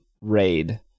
raid